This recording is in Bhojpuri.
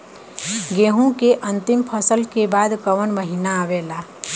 गेहूँ के अंतिम फसल के बाद कवन महीना आवेला?